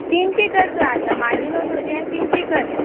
तिनशीं कर तूं आतां म्हाजी न्हू तुजें तिनशीं कर